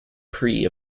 prix